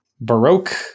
baroque